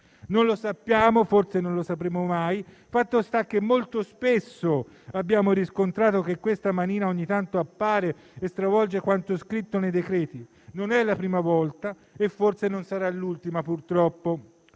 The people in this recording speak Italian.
Non lo sappiamo, forse non lo sapremo mai; fatto sta che molto spesso abbiamo riscontrato che questa manina ogni tanto appare e stravolge quanto scritto nei decreti. Non è la prima volta e forse non sarà l'ultima, purtroppo.